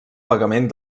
pagament